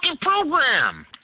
program